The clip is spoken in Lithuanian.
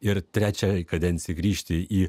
ir trečiai kadencijai grįžti į